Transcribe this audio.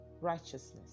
righteousness